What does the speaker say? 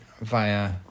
Via